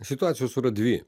situacijos yra dvi